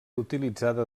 utilitzada